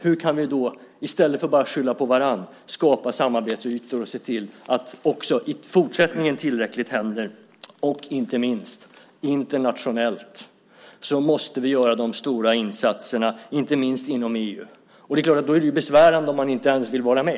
Hur kan vi då, i stället för att bara skylla på varandra, skapa samarbetsytor och se till att tillräckligt mycket händer också i fortsättningen? Och internationellt måste vi göra de stora insatserna, inte minst inom EU. Det är klart att det då är besvärande om man inte ens vill vara med.